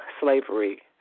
slavery